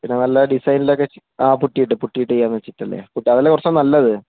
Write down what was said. പിന്നെ നല്ല ഡിസൈനിലൊക്കെ ആ പുട്ടിയിട്ട് പുട്ടിയിട്ട് ചെയ്യാമെന്നുവച്ചിട്ടല്ലേ അപ്പോഴതല്ലേ കുറച്ചൂകുടെ നല്ലത്